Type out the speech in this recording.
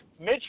Mitch